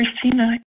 Christina